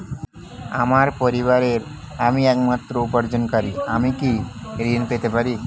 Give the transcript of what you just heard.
আমার পরিবারের আমি একমাত্র উপার্জনকারী আমি কি ঋণ পেতে পারি?